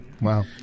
Wow